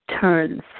turns